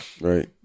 Right